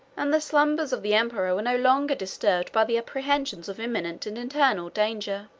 and the slumbers of the emperor were no longer disturbed by the apprehension of imminent and internal danger.